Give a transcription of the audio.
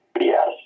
yes